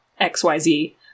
XYZ